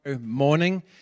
morning